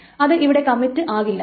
അത് ഇവിടെ ഒരു കമ്മിറ്റ് അല്ല